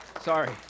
Sorry